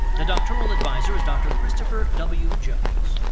the doctoral advisor is dr. christopher w. jones.